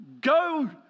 Go